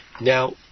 Now